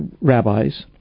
rabbis